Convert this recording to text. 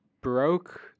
broke